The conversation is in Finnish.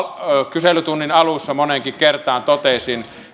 kyselytunnin alussa moneenkin kertaan totesin